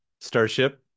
starship